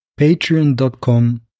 patreon.com